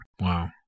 Wow